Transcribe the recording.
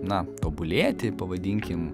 na tobulėti pavadinkim